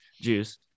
juice